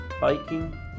biking